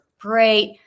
great